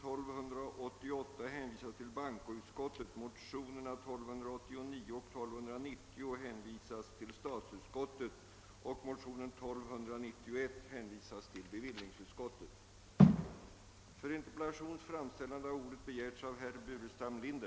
Åberopande det anförda får jag an hålla om kammarens tillstånd att till statsrådet och chefen för industridepartementet ställa följande fråga: Har regeringen i tillräckligt hög grad observerat de risker som ligger i att försöka förena de två uppgifterna att samtidigt vara både statsmakt och företagare?